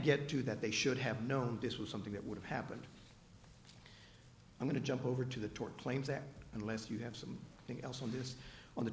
get to that they should have known this was something that would have happened i'm going to jump over to the tort claims that unless you have some thing else on this on the